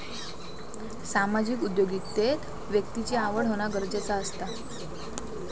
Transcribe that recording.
सामाजिक उद्योगिकतेत व्यक्तिची आवड होना गरजेचा असता